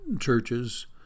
churches